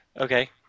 Okay